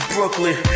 Brooklyn